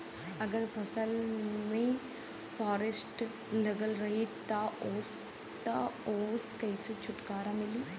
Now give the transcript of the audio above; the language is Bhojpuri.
अगर फसल में फारेस्ट लगल रही त ओस कइसे छूटकारा मिली?